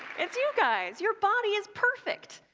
it's you guys! your body is perfect.